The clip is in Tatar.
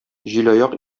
җилаяк